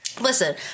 Listen